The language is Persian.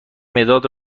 مداد